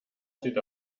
steht